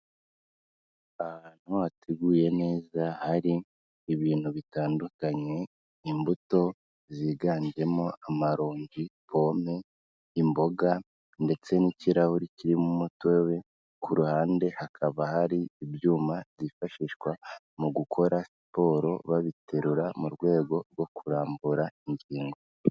Ahantu hateguye neza hari ibintu bitandukanye imbuto ziganjemo amaronji, pome, imboga ndetse n'ikirahure kirimo umutobe, ku ruhande hakaba hari ibyuma byifashishwa mu gukora siporo babiterura mu rwego rwo kurambura ingingo.